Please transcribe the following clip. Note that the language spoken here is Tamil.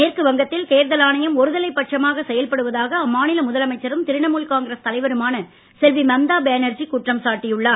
மேற்கு வங்கத்தில் தேர்தல் ஆணையம் ஒருதலை பட்சமாக செயல்படுவதாக அம்மாநில முதலமைச்சரும் திரிணமுல் காங்கிரஸ் தலைவருமான செல்வி மம்தா பானர்ஜி குற்றம் சாட்டியுள்ளார்